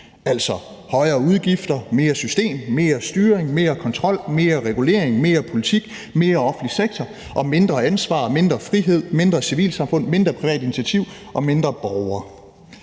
altså højere udgifter, mere system, mere styring, mere kontrol, mere regulering, mere politik, mere offentlig sektor og mindre ansvar, mindre frihed, mindre civilsamfund, mindre privat initiativ og mindre fokus